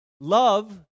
Love